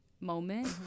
moment